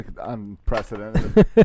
unprecedented